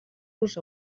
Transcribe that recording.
los